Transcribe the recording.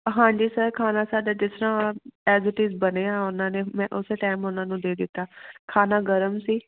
ਹਾਂਜੀ ਸਰ ਖਾਣਾ ਸਾਡਾ ਜਿਸ ਤਰ੍ਹਾਂ ਐਜ਼ ਇਟ ਇਜ਼ ਬਣਿਆ ਉਹਨਾਂ ਨੇ ਮੈਂ ਉਸੇ ਟਾਈਮ ਉਹਨਾਂ ਨੂੰ ਦੇ ਦਿੱਤਾ ਖਾਣਾ ਗਰਮ ਸੀ